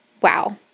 wow